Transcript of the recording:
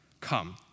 Come